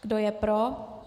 Kdo je pro?